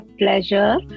pleasure